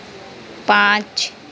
पाँच